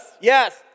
yes